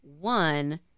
one